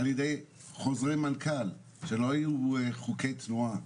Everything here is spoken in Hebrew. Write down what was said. על ידי חוזרי מנכ"ל, שלא יהיו חוקי תנועה.